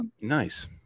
Nice